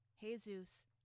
Jesus